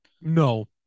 No